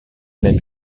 même